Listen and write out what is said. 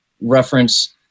reference